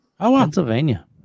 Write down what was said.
Pennsylvania